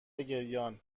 گریانممکنه